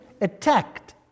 attacked